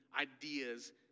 ideas